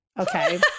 Okay